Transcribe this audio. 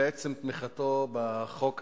בעצם תמיכתו בחוק הזה,